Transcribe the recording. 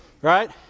Right